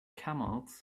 camels